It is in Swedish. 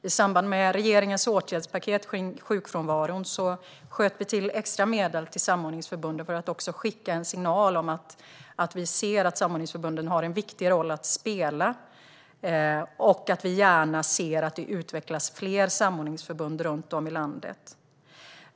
I samband med regeringens åtgärdspaket när det gäller sjukfrånvaron sköt vi till extra medel till samordningsförbunden för att också skicka en signal om att vi ser att de har en viktig roll att spela och att vi gärna ser att det utvecklas fler samordningsförbund runt om i landet.